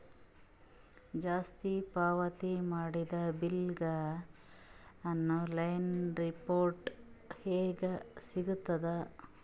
ಜಾಸ್ತಿ ಪಾವತಿ ಮಾಡಿದ ಬಿಲ್ ಗ ಆನ್ ಲೈನ್ ರಿಫಂಡ ಹೇಂಗ ಸಿಗತದ?